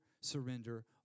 surrender